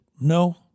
no